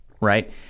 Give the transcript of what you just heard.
right